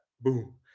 Boom